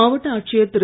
மாவட்ட ஆட்சியர் திரு